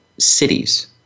cities